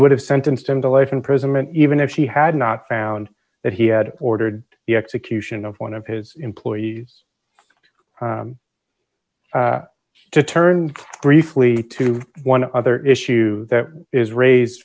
would have sentenced him to life imprisonment even if she had not found that he had ordered the execution of one of his employees to turn briefly to one other issue that is raised